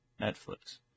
Netflix